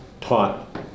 taught